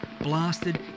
blasted